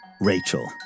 Rachel